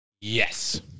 Yes